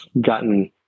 gotten